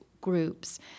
groups